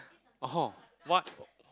oh what